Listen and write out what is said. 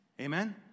Amen